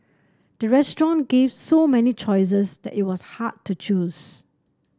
the restaurant give so many choices that it was hard to choose